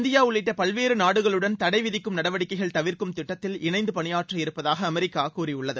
India உள்ளிட்ட பல்வேறு நாடுகளுடன் தடை விதிக்கும் நடவடிக்கைகள் தவிர்க்கும் திட்டத்தில் இணைந்து பணியாற்ற இருப்பதாக அமெரிக்கா கூறியுள்ளது